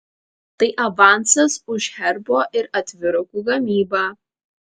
tai avansas už herbo ir atvirukų gamybą